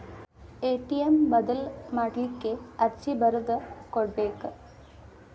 ATM ಬದಲ್ ಮಾಡ್ಲಿಕ್ಕೆ ಅರ್ಜಿ ಬರ್ದ್ ಕೊಡ್ಬೆಕ